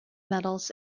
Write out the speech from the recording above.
medals